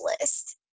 list